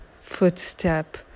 footstep